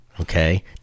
okay